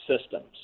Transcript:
systems